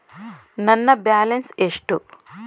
ನನ್ನ ಬ್ಯಾಲೆನ್ಸ್ ಎಷ್ಟು?